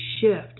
shift